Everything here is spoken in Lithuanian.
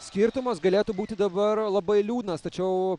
skirtumas galėtų būti dabar labai liūdnas tačiau